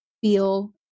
feel